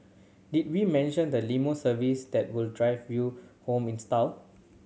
did we mention the limo service that will drive you home in style